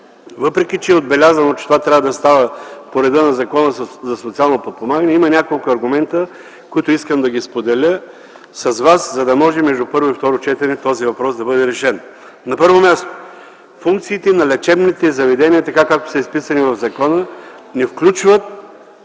въпреки че е отбелязано, че това трябва да става по реда на Закона за социално подпомагане, има няколко аргумента, които искам да споделя с вас, за да може между първо и второ четене този въпрос да бъде решен. На първо място – функциите на лечебните заведения, така както са изписани в закона, не включват